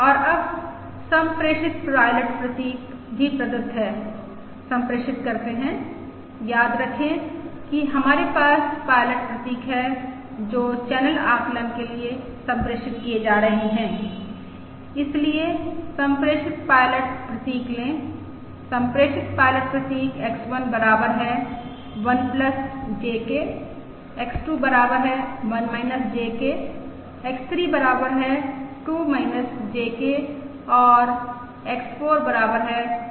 और अब सम्प्रेषित पायलट प्रतीक भी प्रदत्त हैं सम्प्रेषित करते हैं याद रखें कि हमारे पास पायलट प्रतीक हैं जो चैनल आकलन के लिए सम्प्रेषित किए जा रहे हैं इसलिए सम्प्रेषित पायलट प्रतीक लें सम्प्रेषित पायलट प्रतीक X1 बराबर हैं 1 J के X2 बराबर हैं 1 J के X3 बराबर हैं 2 J के और X4 बराबर 1 2J के हैं